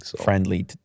friendly